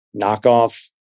knockoff